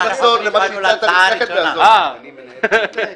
בוא נחזור למה שהצעת לפני כן ועזוב את זה.